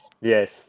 Yes